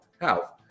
health